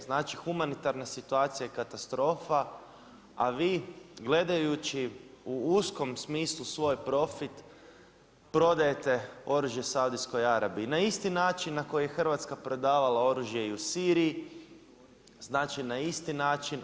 Znači humanitarna situacija je katastrofa, a vi gledajući u uskom smislu svoj profit prodajete oružje Saudijskoj Arabiji na isti način na koji je Hrvatska prodavala oružje i u Siriji, znači na isti način.